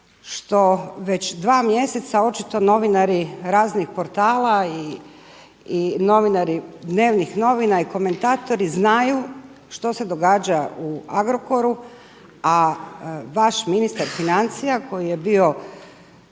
što već dva mjeseca očito novinari raznih portala i novinari dnevnih novina i komentatori znaju što se događa u Agrokoru, a vaš ministar financija koji je bio